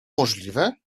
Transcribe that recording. możliwe